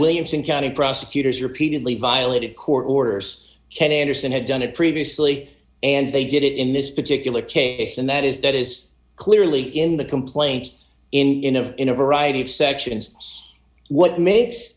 williamson county prosecutors repeatedly violated court orders ken anderson had done it previously and they did it in this particular case and that is that is clearly in the complaint in of in a variety of sections what makes